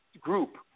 group